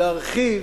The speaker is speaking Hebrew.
להרחיב,